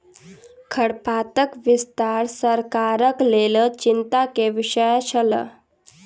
खरपातक विस्तार सरकारक लेल चिंता के विषय छल